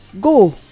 go